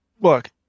Look